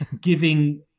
giving